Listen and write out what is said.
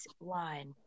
line